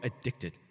addicted